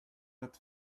that